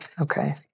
Okay